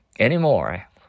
Anymore